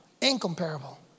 incomparable